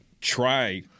try